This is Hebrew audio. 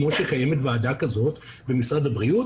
כמו שקיימת ועדה כזאת במשרד הבריאות,